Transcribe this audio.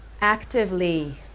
actively